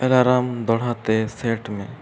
alarm ᱫᱚᱦᱲᱟᱛᱮ set ᱢᱮ